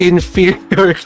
Inferior